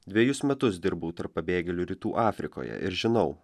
dvejus metus dirbau tarp pabėgėlių rytų afrikoje ir žinau